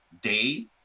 day